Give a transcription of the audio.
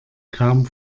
kaum